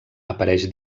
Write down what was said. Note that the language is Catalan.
apareix